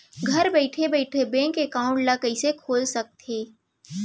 घर बइठे बइठे बैंक एकाउंट ल कइसे खोल सकथे?